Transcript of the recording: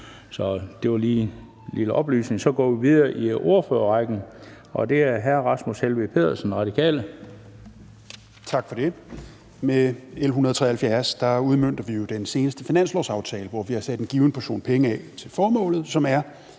Så det var lige en lille oplysning. Så går vi videre i ordførerrækken, og det er hr. Rasmus Helveg Petersen, Radikale. Kl. 10:39 (Ordfører) Rasmus Helveg Petersen (RV): Tak for det. Med L 173 udmønter vi jo den seneste finanslovsaftale, hvor vi har sat en given portion penge af til formålet, som er